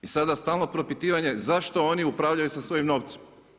I sada stalno propitivanje, zašto oni upravljaju sa svojim novcima?